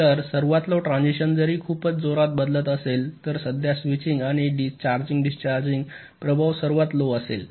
तर सर्वात low transistor जरी खूपच जोरात बदलत असेल तर सध्याचा स्विचिंग आणि चार्जिंग डिस्चार्जिंग प्रभाव सर्वात लो असेल